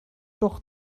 doch